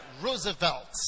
Roosevelt